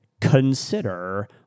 consider